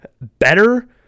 better